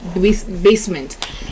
basement